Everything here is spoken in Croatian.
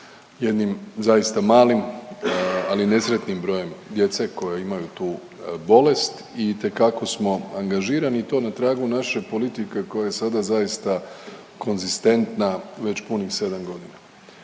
jednim zaista malim ali nesretnim brojem djece koja imaju tu bolest i itekako smo angažirani i to na tragu naše politike koja je sada zaista konzistentna već punih 7 godina.